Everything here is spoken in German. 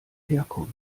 herkommt